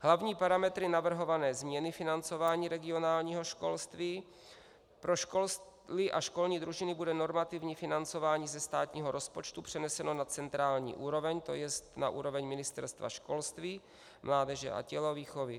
Hlavní parametry navrhované změny financování regionálního školství pro školství a školní družiny bude normativní financování ze státního rozpočtu přeneseno na centrální úroveň, tj. na úroveň Ministerstva školství, mládeže a tělovýchovy.